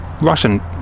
Russian